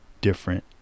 different